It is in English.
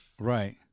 Right